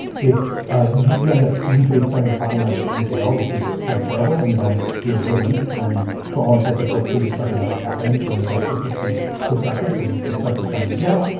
you end up usually spending a couple nights in jail, which is pretty terrible. and then you're released, and for all intensive purposes, it's like it never happened from the justice systems' perspective, but you still spent this time in jail.